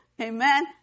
Amen